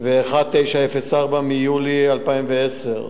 ו-1904 מיולי 2010,